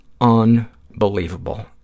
unbelievable